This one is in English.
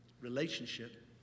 relationship